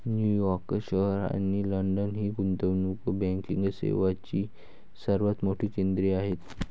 New York शहर आणि London ही गुंतवणूक बँकिंग सेवांची सर्वात मोठी केंद्रे आहेत